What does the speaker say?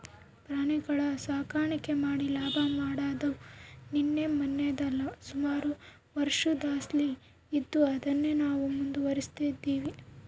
ಪ್ರಾಣಿಗುಳ ಸಾಕಾಣಿಕೆ ಮಾಡಿ ಲಾಭ ಮಾಡಾದು ನಿನ್ನೆ ಮನ್ನೆದಲ್ಲ, ಸುಮಾರು ವರ್ಷುದ್ಲಾಸಿ ಇದ್ದು ಅದುನ್ನೇ ನಾವು ಮುಂದುವರಿಸ್ತದಿವಿ